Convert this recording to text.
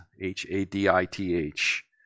H-A-D-I-T-H